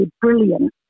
brilliant